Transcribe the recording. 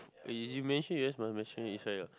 as you mention just